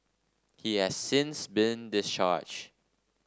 he has since been discharge